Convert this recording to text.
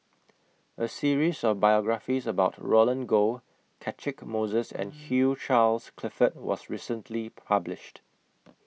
A series of biographies about Roland Goh Catchick Moses and Hugh Charles Clifford was recently published